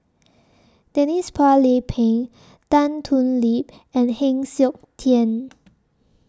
Denise Phua Lay Peng Tan Thoon Lip and Heng Siok Tian